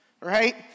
right